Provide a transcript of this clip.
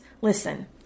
Listen